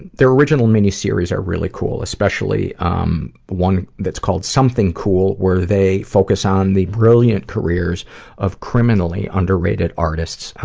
their original mini-series are really cool, especially um, one that's called something cool, where they focus on the brilliant careers of criminally underrated artists,